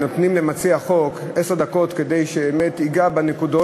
נותנים למציע החוק עשר דקות כדי שבאמת ייגע בנקודות,